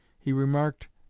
he remarked,